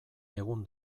egun